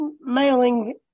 mailing